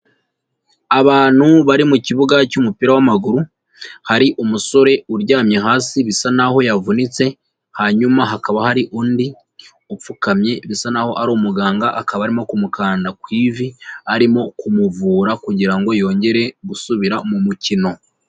Abantu bari mukibuga cy'umupira wa maguru, hari umusore uryamye hasi bisa naho yavunitse, hanyuma hakaba hari undi upfukamye bisa naho ari umuganga akaba arimo kumukanda ku ivi, arimo kumuvura kugira ngo yongere gusubira mu mukino.